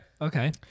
Okay